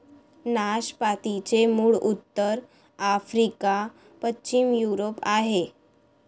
नाशपातीचे मूळ उत्तर आफ्रिका, पश्चिम युरोप आहे